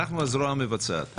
אנחנו הזרוע המבצעת.